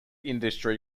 industry